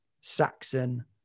Saxon